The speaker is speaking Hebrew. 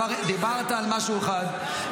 דיברת על משהו אחד,